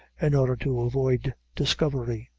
in order to avoid discovery,